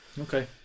Okay